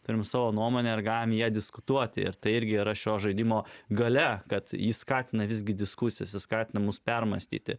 turime savo nuomonę ar galime ją diskutuoti tai irgi yra šio žaidimo galia kad ji skatina visgi diskusijas skatina mus permąstyti